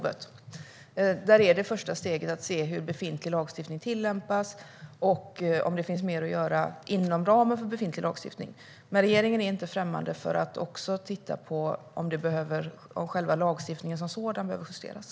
Jag tror att det första steget är att se hur befintlig lagstiftning tillämpas och om det finns mer att göra inom ramen för befintlig lagstiftning. Men regeringen är inte främmande för att också titta på om själva lagstiftningen som sådan behöver justeras.